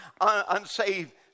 unsaved